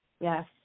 Yes